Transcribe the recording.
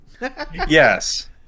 Yes